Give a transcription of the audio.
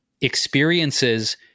experiences